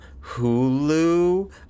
Hulu